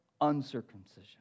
uncircumcision